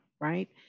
right